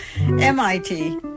MIT